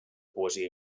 poesia